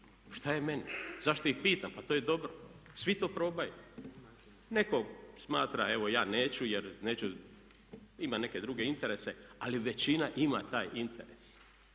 šta je meni, zašto ih pitam, pa to je dobro, svi to probaju. Netko smatra evo ja neću jer neću, ima neke druge interese, ali većina ima taj interes.